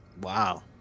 Wow